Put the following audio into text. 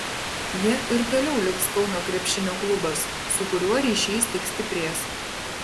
ja ir toliau liks kauno krepšinio klubas su kuriuo ryšys tik stiprės